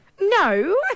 No